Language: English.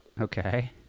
Okay